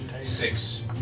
Six